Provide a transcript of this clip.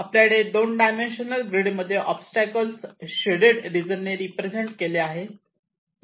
आपल्याकडे 2 dimensional grid मध्ये obstacle shaded region ने रिप्रेझेंट केले आहे